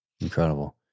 Incredible